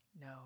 No